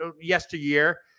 yesteryear